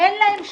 אין להם שיקום,